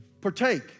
Partake